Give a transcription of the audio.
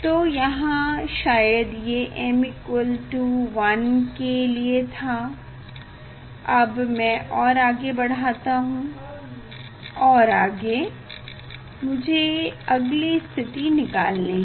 तो यहाँ शायद ये m 1 के लिए था अब मैं और आगे बढ़ाता हूँ और आगे मुझे अगली स्थिति निकालनी है